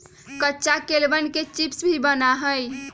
कच्चा केलवन के चिप्स भी बना हई